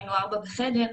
היינו ארבעה בחדר,